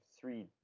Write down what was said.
three